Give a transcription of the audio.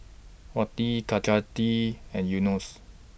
Wati and Yunos